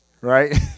right